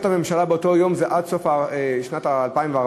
הממשלה באותו היום זה עד סוף שנת 2014,